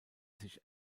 sich